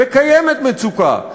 וקיימת מצוקה.